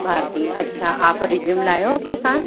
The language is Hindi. भारती अच्छा आप रिज्यूम लाये हो अपने साथ